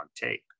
tape